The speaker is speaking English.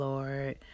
Lord